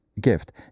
gift